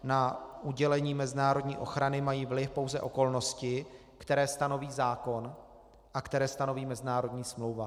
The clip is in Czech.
Na udělení mezinárodní ochrany mají vliv pouze okolnosti, které stanoví zákon a které stanoví mezinárodní smlouva.